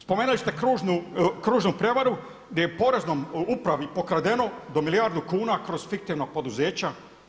Spomenuli ste kružnu prijevaru gdje je poreznoj upravi pokradeno do milijardu kuna kroz fiktivna poduzeća.